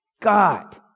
God